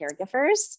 caregivers